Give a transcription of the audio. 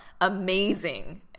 amazing